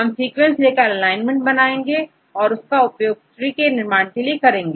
हम सीक्वेंसेस लेकर एलाइनमेंट बनाएंगे और उसका उपयोग ट्री के निर्माण में करेंगे